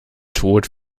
tod